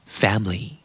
family